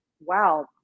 wow